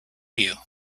you